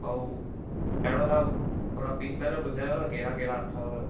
भाऊ पहिरों तव्हां थोरा पीस त ॿुधायो न कहिड़ा कहिड़ा अथव